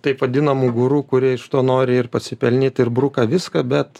taip vadinamų guru kurie iš to nori ir pasipelnyt ir bruka viską bet